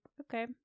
okay